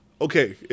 okay